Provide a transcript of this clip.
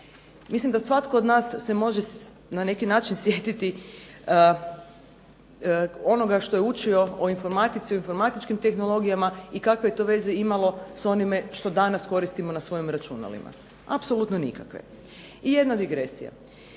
Mislim da svatko od nas se može na neki način sjetiti onoga što je učio o informatici i o informatičkim tehnologijama i kakve je to veze imalo sa onime što danas koristimo na svojim računalima. Apsolutno nikakve. I jedna digresija.